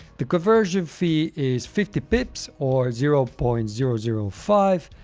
the conversion fee is fifty pips or zero point zero zero five.